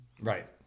right